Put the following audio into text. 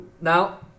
Now